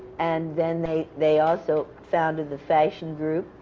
and then they they also founded the fashion group,